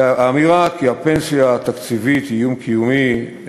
האמירה כי הפנסיה התקציבית היא איום קיומי,